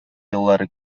еллары